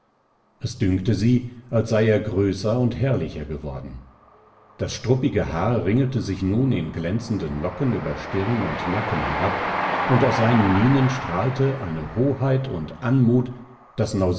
es dünkte sie als sei er größer und herrlicher geworden das struppige haar ringelte sich nun in glänzenden locken über stirn und nacken herab und aus seinen mienen strahlte eine hoheit und anmut